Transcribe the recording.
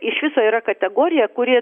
iš viso yra kategorija kuri